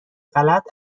غلط